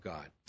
God